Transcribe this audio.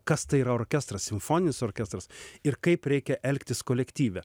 kas tai yra orkestras simfoninis orkestras ir kaip reikia elgtis kolektyve